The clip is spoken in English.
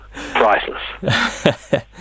priceless